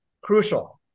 crucial